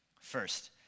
First